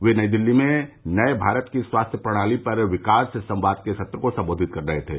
ये नई दिल्ली में नये भारत की स्वास्थ्य प्रणाली पर विकास संवाद के सत्र को संबोधित कर रहे थे